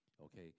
Okay